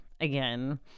again